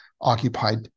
occupied